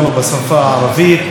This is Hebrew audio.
שפת המולדת הזאת,